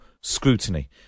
scrutiny